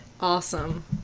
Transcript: awesome